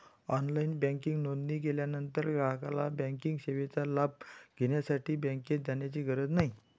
online banking नोंदणी केल्यानंतर ग्राहकाला बँकिंग सेवेचा लाभ घेण्यासाठी बँकेत जाण्याची गरज नाही